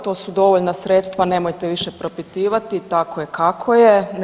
To su dovoljna sredstva, nemojte više propitivati, tako je kako je.